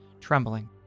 trembling